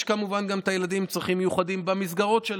יש כמובן גם את הילדים עם צרכים מיוחדים במסגרות של